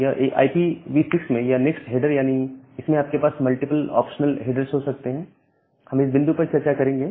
IPv6 में यह next header यानी इसमें आपके पास मल्टीपल ऑप्शनल हेडर्स हो सकते हैं हम इस बिंदु पर चर्चा करेंगे